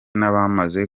n’abamaze